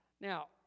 Now